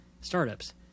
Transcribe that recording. startups